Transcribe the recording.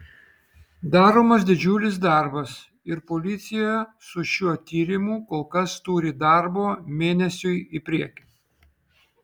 daromas didžiulis darbas ir policija su šiuo tyrimu kol kas turi darbo mėnesiui į priekį